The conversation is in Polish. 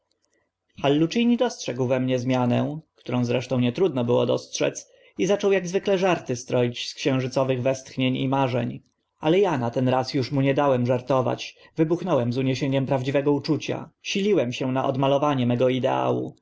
kobiet hallucini dostrzegł we mnie zmianę którą zresztą nietrudno było dostrzec i zaczął ak zwykle żarty stroić z księżycowych westchnień i marzeń ale a na ten raz uż mu nie dałem żartować wybuchnąłem z uniesieniem prawdziwego uczucia siliłem się na odmalowanie mego ideału